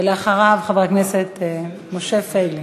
בבקשה, ולאחריו, חבר הכנסת משה פייגלין.